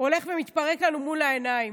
הולך ומתפרק לנו מול העיניים.